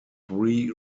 three